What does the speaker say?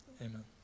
Amen